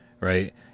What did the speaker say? right